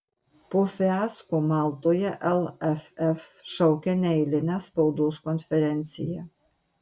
po fiasko maltoje lff šaukia neeilinę spaudos konferenciją